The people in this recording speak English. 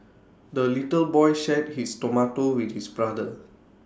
the little boy shared his tomato with his brother